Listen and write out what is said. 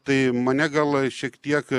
tai mane gal šiek tiek